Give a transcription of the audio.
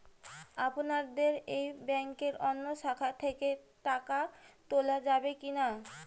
আপনাদের এই ব্যাংকের অন্য শাখা থেকে টাকা তোলা যাবে কি না?